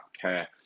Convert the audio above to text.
care